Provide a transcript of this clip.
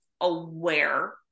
aware